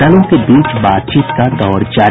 दलों के बीच बातचीत का दौर जारी